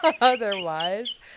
otherwise